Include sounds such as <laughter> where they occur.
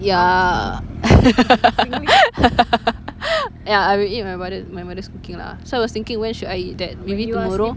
ya <noise> ya I will eat my mother my mother's cooking lah so I was thinking when should I eat that maybe tomorrow